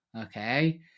Okay